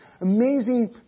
amazing